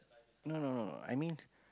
no no no no I mean